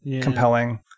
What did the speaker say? compelling